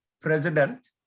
President